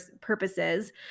purposes